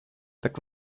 так